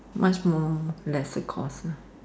much more lesser cost lah